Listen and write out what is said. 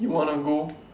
you wanna go